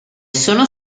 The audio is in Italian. sono